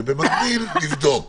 שבמקביל נבדוק